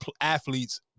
athletes